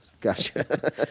Gotcha